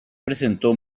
presentó